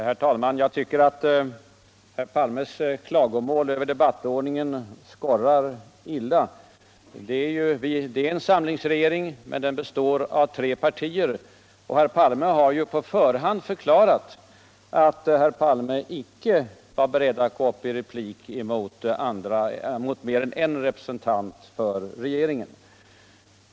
Herr talman! Jag tycker att herr Palmes klagomål över debattordningen skorrar illa. Vi är en samlingsregering, och den består av tre partier. Herr Palme har på förhand förklarat att han icke var beredd att gå upp i replik mot mer än en representant för regeringen.